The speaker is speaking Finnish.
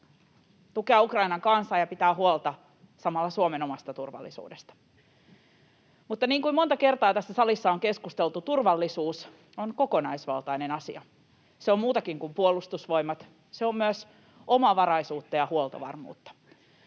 tukea Ukrainan kansaa ja pitää huolta samalla Suomen omasta turvallisuudesta. Mutta niin kuin monta kertaa tässä salissa on keskusteltu, turvallisuus on kokonaisvaltainen asia. Se on muutakin kuin Puolustusvoimat, se on myös omavaraisuutta ja huoltovarmuutta.